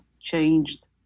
changed